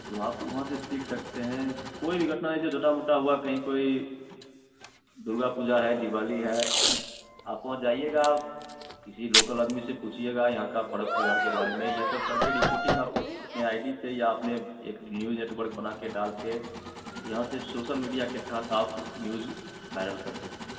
तो आप वहाँ से सीख सकते हैं कोई भी घटना है जो छोटी मोटी हुई कहीं कोई दुर्गा पूजा है दिवाली है आप वहाँ जाइएगा किसी लोकल आदमी से पूछिएगा यहाँ का पर्व त्यौहार के बारे में यह सब करके रिपोर्टिंग आप अपनी आई डी से या अपने एक न्यूज़ नेटवर्क बनाकर डालकर यहाँ से सोशल मीडिया की तहत आप न्यूज़ वायरल कर सकते हैं